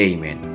Amen